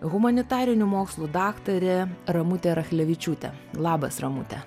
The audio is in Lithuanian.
humanitarinių mokslų daktarė ramutė rachlevičiūtė labas ramute